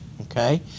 okay